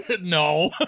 No